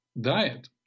diet